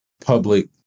public